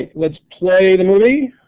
let's play the movie.